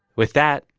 with that,